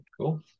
cool